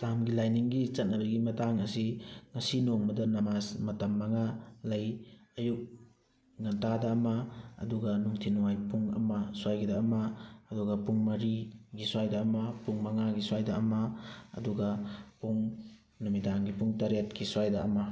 ꯏꯁꯂꯥꯝꯒꯤ ꯂꯥꯏꯅꯤꯡꯒꯤ ꯆꯠꯅꯕꯤꯒꯤ ꯃꯇꯥꯡ ꯑꯁꯤ ꯉꯁꯤ ꯅꯣꯡꯃꯗ ꯅꯃꯥꯖ ꯃꯇꯝ ꯃꯉꯥ ꯂꯩ ꯑꯌꯨꯛ ꯉꯟꯇꯥꯗ ꯑꯃ ꯑꯗꯨꯒ ꯅꯨꯡꯊꯤꯟꯋꯥꯏ ꯄꯨꯡ ꯑꯃ ꯁ꯭ꯋꯥꯏꯒꯤꯗ ꯑꯃ ꯑꯗꯨꯒ ꯄꯨꯡ ꯃꯔꯤꯒꯤ ꯁ꯭ꯋꯥꯏꯗ ꯑꯃ ꯄꯨꯡ ꯃꯉꯥꯒꯤ ꯁ꯭ꯋꯥꯏꯗ ꯑꯃ ꯑꯗꯨꯒ ꯄꯨꯡ ꯅꯨꯃꯤꯗꯥꯡꯒꯤ ꯄꯨꯡ ꯇꯔꯦꯠꯀꯤ ꯁ꯭ꯋꯥꯏꯗ ꯑꯃ